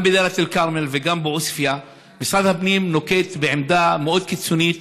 גם בדאלית אל-כרמל וגם בעוספיא משרד הפנים נוקט עמדה מאוד קיצונית,